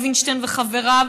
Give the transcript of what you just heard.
לוינשטיין וחבריו,